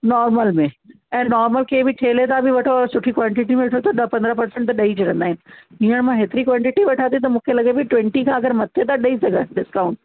normal में ऐं normal कंहिं बि ठेले तां बि वठो ऐं सुठी क्वांटिटी में वठो त ॾह पंद्रह परसेंट त ॾई छॾींदा आहिनि हींअर मां एतिरी क्वांटिटी वठां थी त मूंखे लॻे पियो ट्वनटी खां अगरि मथे था ॾई सघनि डिस्काउंट